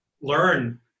learn